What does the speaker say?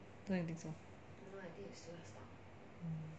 don't you think so